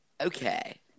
Okay